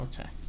Okay